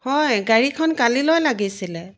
হয় গাড়ীখন কালিলৈ লাগিছিলে